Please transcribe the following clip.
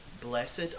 Blessed